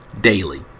daily